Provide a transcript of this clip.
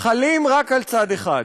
חלים רק על צד אחד.